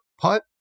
putt